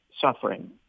suffering